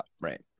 Right